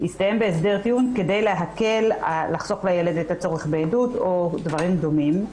יסתיימו בהסדר טיעון כדי לחסוך לילד את הצורך בעדות או דברים דומים.